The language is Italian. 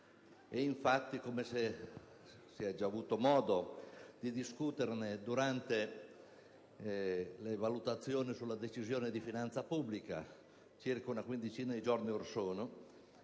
E infatti, come si è già avuto modo di discutere durante le valutazioni sulla Decisione di finanza pubblica circa 15 giorni or sono,